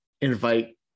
invite